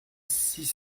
six